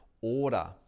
order